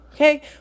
Okay